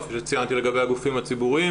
כפי שציינתי לגבי הגופים הציבוריים,